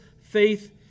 faith